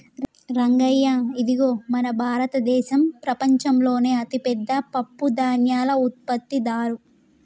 రంగయ్య ఇదిగో మన భారతదేసం ప్రపంచంలోనే అతిపెద్ద పప్పుధాన్యాల ఉత్పత్తిదారు